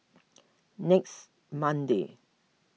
next monday